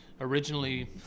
originally